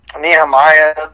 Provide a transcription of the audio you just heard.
Nehemiah